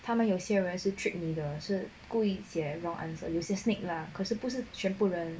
他们有些人是 trick 你的是故意写 wrong answer loser snake lah 可是不是全部人